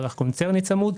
אג"ח קונצרני צמוד,